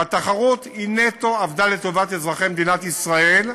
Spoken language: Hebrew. והתחרות עבדה נטו לטובת אזרחי מדינת ישראל,